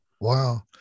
Wow